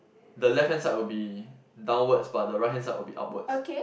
the left hand side will be downwards but the right hand side will be upwards